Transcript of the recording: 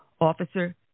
Officer